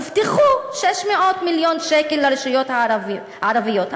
הובטחו 600 מיליון שקל לרשויות הערביות,